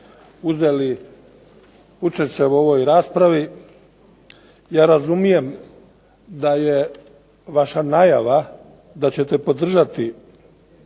uzeli učešće u ovoj raspravi. Ja razumijem da je vaša najava da ćete podržati